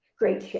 great.